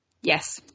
Yes